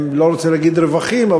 לא רוצה להגיד רווחים,